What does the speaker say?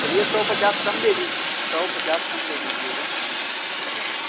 چلیے سو پچاس کم دے سو پچاس کم دے دیجیے گا ٹھیک ہے